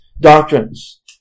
doctrines